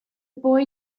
boy